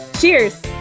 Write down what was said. cheers